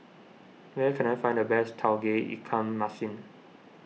where can I find the best Tauge Ikan Masin